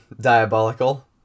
diabolical